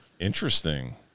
Interesting